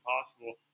possible